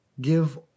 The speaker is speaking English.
give